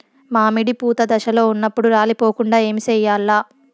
మామిడి పూత దశలో ఉన్నప్పుడు రాలిపోకుండ ఏమిచేయాల్ల?